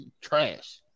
trash